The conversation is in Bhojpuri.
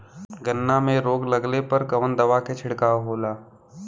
गन्ना में रोग लगले पर कवन दवा के छिड़काव होला?